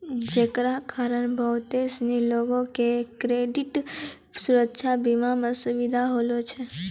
जेकरा कारण बहुते सिनी लोको के क्रेडिट सुरक्षा बीमा मे सुविधा होलो छै